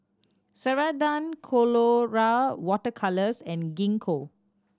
Ceradan Colora Water Colours and Gingko